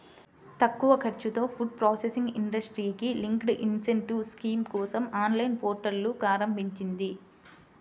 తక్కువ ఖర్చుతో food processing ఇండస్ట్రీకి లింక్డ్ ఇన్సెంటివ్ స్కీమ్ కోసం ఆన్లైన్ పోర్టల్ను ప్రారంభించింది